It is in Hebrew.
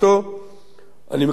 אני מקווה שלא לזמן רב.